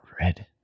red